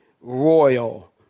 royal